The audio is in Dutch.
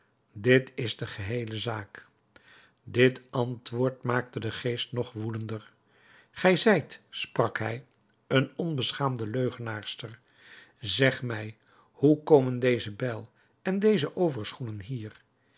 dit is de geheele zaak dit antwoord maakte den geest nog woedender gij zijt sprak hij een onbeschaamde leugenaarster zeg mij hoe komen deze bijl en deze overschoenen hier